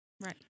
Right